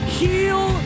heal